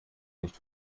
nicht